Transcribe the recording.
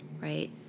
right